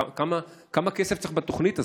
כמה כסף צריך בתוכנית הזאת,